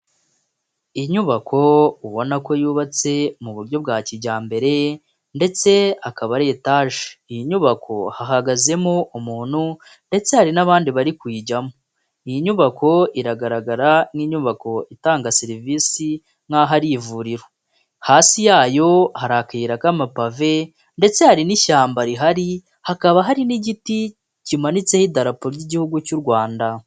Inyubako ubona ko yubatse mu buryo bwa kijyambere ndetse akaba ari etaje, iyi nyubako hahagazemo umuntu ndetse hari n'abandi bari kuyijyamo. Iyi nyubako iragaragara nk'inyubako itanga serivisi nk'aho ari ivuriro, hasi yayo hari akayira k'amapave ndetse hari n'ishyamba rihari, hakaba hari n'igiti kimanitseho idarapo ry'igihugu cy'u Rwanda.